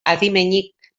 adimenik